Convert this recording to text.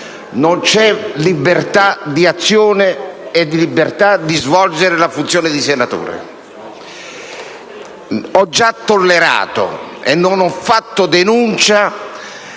non c'è libertà di azione e non c'è libertà di svolgere la funzione di senatore. Ho già tollerato (e non ho fatto denuncia